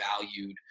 valued